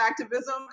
activism